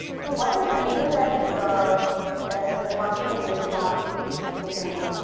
so what is the reason that so that the the market has really not taken-off?